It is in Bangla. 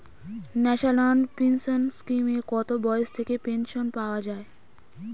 ন্যাশনাল পেনশন স্কিমে কত বয়স থেকে পেনশন পাওয়া যায়?